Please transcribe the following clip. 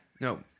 No